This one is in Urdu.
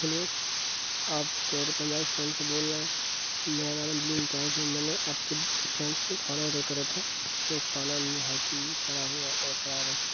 ہلو آپ شیر پنجاب ریسٹورینٹ سے بول رہے ہیں میرا نام امتیاز ہے میں نے آپ کے ریسٹورینٹ سے کھانا آڈر کرا تھا جو کھانا نہایت ہی سڑا ہوا اور خراب ہے